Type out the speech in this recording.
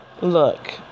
Look